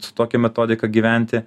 su tokia metodika gyventi